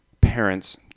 parents